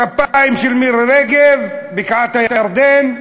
כפיים של מירי רגב, בקעת-הירדן,